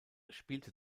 spielte